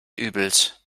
übels